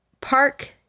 Park